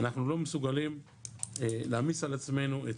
אנחנו לא מסוגלים להעמיס על עצמנו את